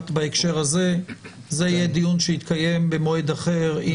בהקשר הזה זה יהיה דיון שיתקיים במועד אחר,